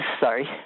sorry